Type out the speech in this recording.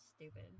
stupid